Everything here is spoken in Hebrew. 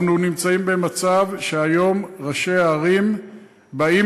אנחנו נמצאים במצב שהיום ראשי ערים באים